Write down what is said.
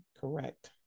correct